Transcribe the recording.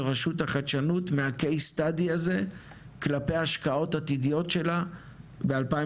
רשות החדשנות CASE STUDY הזה כלפי השקעות עתידיות שלה ב- 2023,